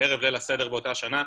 בערב ליל הסדר באותה שנה,